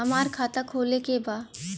हमार खाता खोले के बा?